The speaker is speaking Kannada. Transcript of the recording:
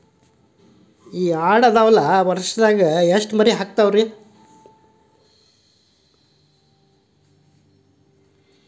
ಆಡುಗಳು ವರುಷದಲ್ಲಿ ಎಷ್ಟು ಮರಿಗಳನ್ನು ಹಾಕ್ತಾವ ರೇ?